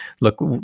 look